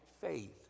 faith